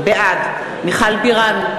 בעד מיכל בירן,